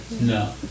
No